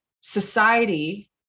society